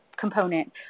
component